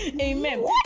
Amen